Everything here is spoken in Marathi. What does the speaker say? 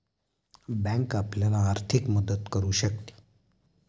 बँक आपल्याला आर्थिक मदत करू शकते